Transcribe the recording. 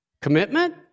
commitment